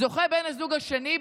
זוכה בן הזוג השני,